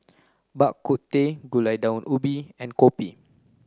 Bak Kut Teh Gulai Daun Ubi and Kopi